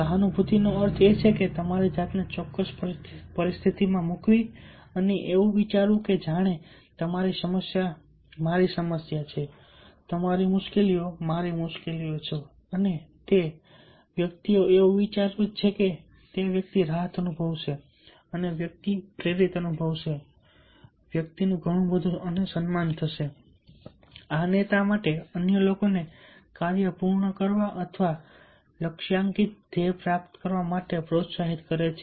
સહાનુભૂતિનો અર્થ એ છે કે તમારી જાતને તે ચોક્કસ પરિસ્થિતિમાં મૂકવી અને એવું વિચારવું કે જાણે તમારી સમસ્યા મારી સમસ્યા છે તમારી મુશ્કેલીઓ મારી મુશ્કેલીઓ છે અને તે વ્યક્તિ એવું વિચારે છે કે તે વ્યક્તિ રાહત અનુભવશે વ્યક્તિ પ્રેરિત અનુભવશે વ્યક્તિનું ઘણું સન્માન થશે આ નેતા માટે અન્ય લોકોને કાર્ય પૂર્ણ કરવા અથવા લક્ષ્યાંકિત ધ્યેય પ્રાપ્ત કરવા માટે પ્રોત્સાહિત કરી શકે છે